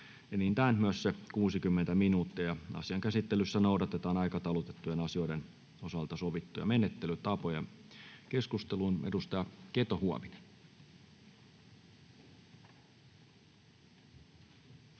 enintään 60 minuuttia. Asian käsittelyssä noudatetaan aikataulutettujen asioiden osalta sovittuja menettelytapoja. Keskusteluun. — Edustaja Keto-Huovinen.